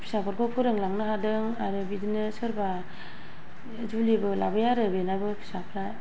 बेहाबो फिसाफोरखौ फोरोंलांनो हादों आरो बिदिनो सोरबा जुलिबो लाबाय आरो बेनाबो फिसाफोरा